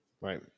right